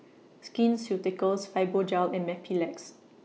Skin Ceuticals Fibogel and Mepilex